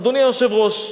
אדוני היושב-ראש.